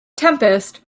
tempest